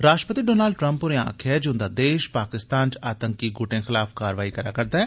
राश्ट्रपति Donald Trump होरें आक्खेआ ऐ जे उंदा देश पाकिस्तान च आतंकवादी गुटें खलाफ कारवाई करा दा ऐ